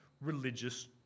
religious